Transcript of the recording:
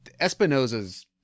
espinoza's